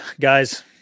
Guys